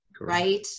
right